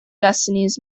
destinies